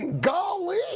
Golly